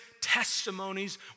testimonies